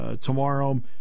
Tomorrow